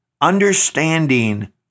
understanding